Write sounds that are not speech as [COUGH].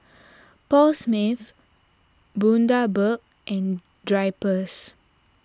[NOISE] Paul Smith Bundaberg and Drypers